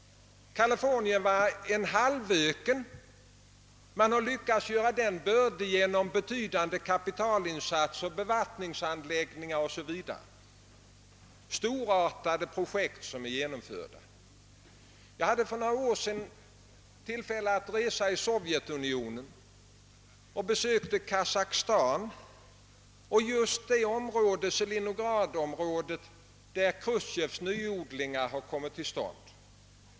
Kalifornien var en gång en halvöken, men man har lyckats göra denna öken bördig genom betydande kapitalinsatser, bevattningsanläggningar o.s.v. Det är stortartade projekt som har genomförts. För några år sedan reste jag i Sovjetunionen och besökte Kazakstan och just det område, Selinogradområdet där Chrustjovs nyodlingar kommit = till stånd.